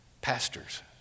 pastors